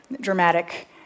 dramatic